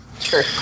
Sure